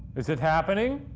is it happening?